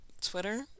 Twitter